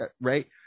right